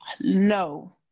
No